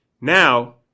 now